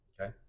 Okay